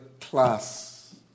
class